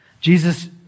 Jesus